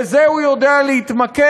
בזה הוא יודע להתמקד,